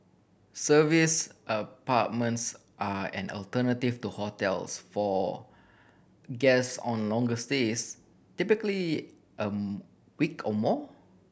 serviced apartments are an alternative to hotels for guests on longer stays typically a week or more